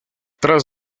tras